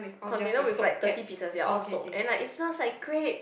container with like thirty pieces they are all soaked and it like smells like grape